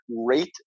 rate